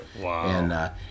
Wow